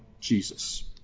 Jesus